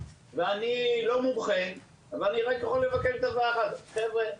ואני לא מומחה אבל אני רק יכול לבקש דבר אחד: חבר'ה,